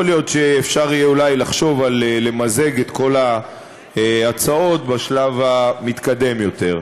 יכול להיות שאפשר יהיה לחשוב על מיזוג כל ההצעות בשלב מתקדם יותר.